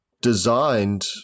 designed